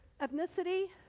ethnicity